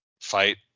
fight